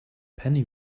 penny